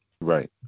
Right